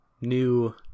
new